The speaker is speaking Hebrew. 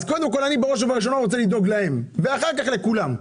אז קודם כל אני רוצה לדאוג להם, אחר כך לכולם.